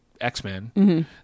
X-Men